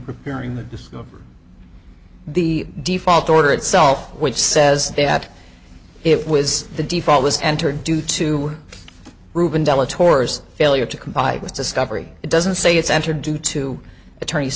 preparing the discover the default order itself which says that it was the default was entered due to proven dela tours failure to comply with discovery it doesn't say it's entered due to attorney